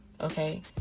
okay